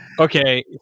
Okay